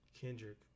Kendrick